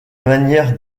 manière